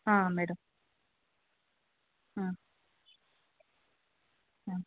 ಹಾಂ ಮೇಡಮ್ ಹಾಂ ಹಾಂ